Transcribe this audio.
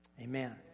Amen